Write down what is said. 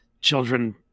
children